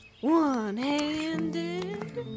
one-handed